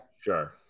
Sure